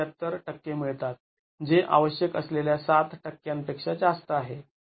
०७८ टक्के मिळतात जे आवश्यक असलेल्या सात टक्क्यांपेक्षा जास्त आहे